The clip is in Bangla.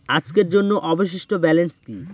আজকের জন্য অবশিষ্ট ব্যালেন্স কি?